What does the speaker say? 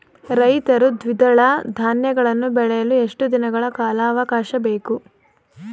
ರೈತರು ದ್ವಿದಳ ಧಾನ್ಯಗಳನ್ನು ಬೆಳೆಯಲು ಎಷ್ಟು ದಿನಗಳ ಕಾಲಾವಾಕಾಶ ಬೇಕು?